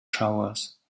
showers